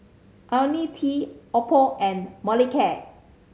Ionil T Oppo and Molicare